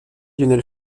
lionel